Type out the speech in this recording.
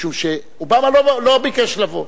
כי אובמה לא ביקש לבוא.